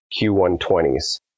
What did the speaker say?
Q120s